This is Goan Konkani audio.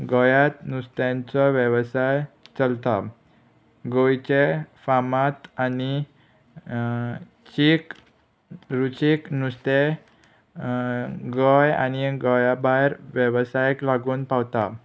गोंयांत नुस्त्यांचो वेवसाय चलता गोंयचे फामाद आनी चीक रुचीक नुस्तें गोंय आनी गोंया भायर वेवसायाक लागून पावता